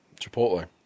Chipotle